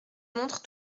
montre